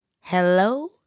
hello